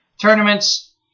tournaments